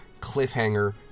cliffhanger